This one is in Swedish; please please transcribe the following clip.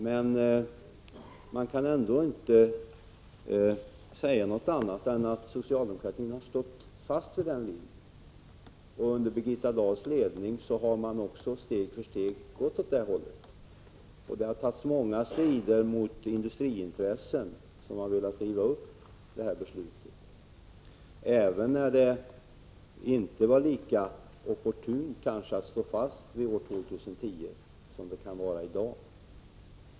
Men man kan ändå inte säga annat än att socialdemokraterna har stått fast vid den linjen, och under Birgitta Dahls ledning har man också steg för steg gått åt det hållet. Vi har tagit många strider med industriintressen, som har velat riva upp detta beslut. Det har vi gjort även när det kanske inte var lika opportunt att stå fast vid avvecklingstidpunkten år 2010 som det kan vara i dag.